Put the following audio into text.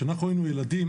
כשאנחנו היינו ילדים,